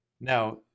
now